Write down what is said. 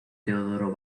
teodoro